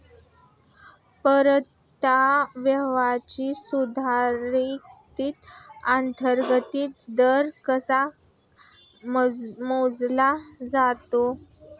परताव्याचा सुधारित अंतर्गत दर कसा मोजला जातो?